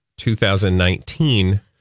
2019